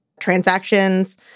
transactions